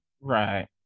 right